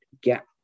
get